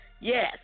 Yes